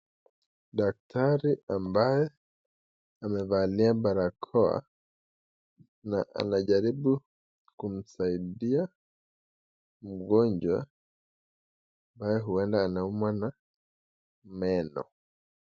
Daktari ambaye amevalia barakoa anajaribu kumsaidia mgonjwa ambaye huenda anaumwa na meno.